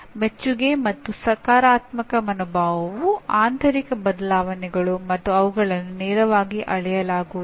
ಮೆಚ್ಚುಗೆ ಮತ್ತು ಸಕಾರಾತ್ಮಕ ಮನೋಭಾವವು ಆಂತರಿಕ ಬದಲಾವಣೆಗಳು ಮತ್ತು ಅವುಗಳನ್ನು ನೇರವಾಗಿ ಅಳೆಯಲಾಗುವುದಿಲ್ಲ